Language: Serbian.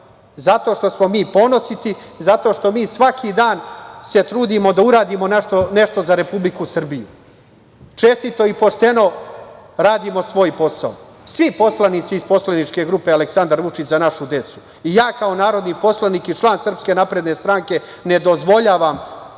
zato što smo mi ponositi i zato što mi svaki dan se trudimo da uradimo nešto za Republiku Srbiju. Čestito i pošteno radimo svoj posao. Svi poslanici iz poslaničke grupe Aleksandar Vučić – Za našu decu i ja kao narodni poslanik i član SNS ne dozvoljavam